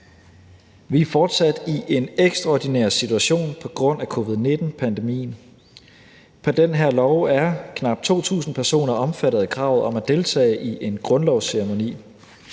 Vi er fortsat i en ekstraordinær situation på grund af covid-19-pandemien. På den her lov er knap 2.000 personer omfattet af kravet om at deltage i en grundlovsceremoni.